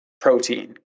protein